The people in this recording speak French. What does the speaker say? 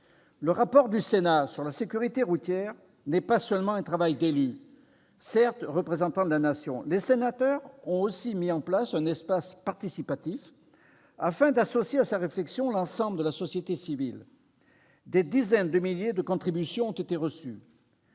d'information du Sénat sur la sécurité routière n'est pas seulement un travail d'élus, qui sont certes représentants de la Nation. Les sénateurs ont aussi mis en place un espace participatif afin d'associer à leur réflexion l'ensemble de la société civile : des dizaines de milliers de contributions ont été reçues.